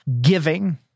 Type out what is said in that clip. giving